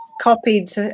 copied